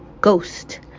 ghost